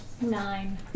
Nine